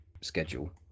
schedule